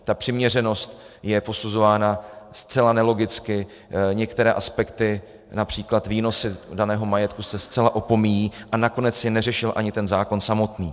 Ta přiměřenost je posuzována zcela nelogicky, některé aspekty, například výnosy daného majetku, se zcela opomíjejí, a nakonec je neřešil ani ten zákon samotný.